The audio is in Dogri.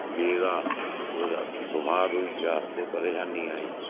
गेदा कोई रातीं बमार होई गेआ कोई परेशानी आई